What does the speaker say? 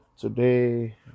today